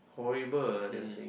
horrible ah they were saying